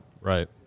Right